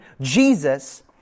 Jesus